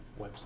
website